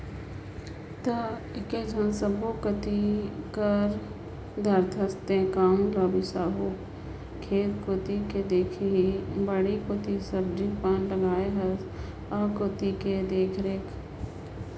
त एकेझन सब्बो कति कर दारथस तें काम ल बिसाहू खेत कोती के देखही बाड़ी कोती सब्जी पान लगाय हस आ कोती के देखरेख